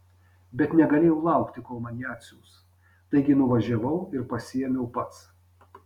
bet negalėjau laukti kol man ją atsiųs taigi nuvažiavau ir pasiėmiau pats